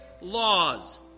laws